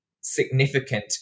significant